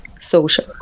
social